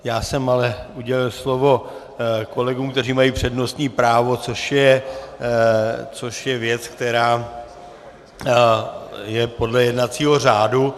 Já jsem ale udělil slovo kolegům, kteří mají přednostní právo, což je věc, která je podle jednacího řádu.